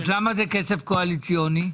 למה זה כסף קואליציוני?